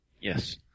Yes